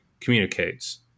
communicates